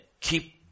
keep